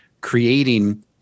creating